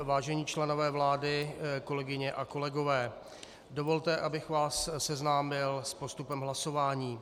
Vážení členové vlády, kolegyně a kolegové, dovolte, abych vás seznámil s postupem hlasování.